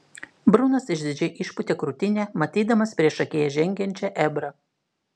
brunas išdidžiai išpūtė krūtinę matydamas priešakyje žengiančią ebrą